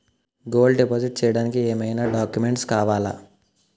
Gold deposit చేయడానికి ఏమైనా documents కావాలా?